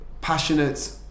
passionate